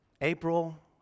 April